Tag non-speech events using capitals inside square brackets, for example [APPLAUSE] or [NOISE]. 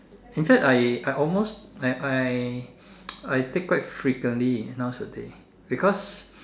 in fact I I almost I I [NOISE] I take quite frequently nowadays because